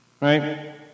right